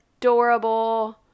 adorable